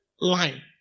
line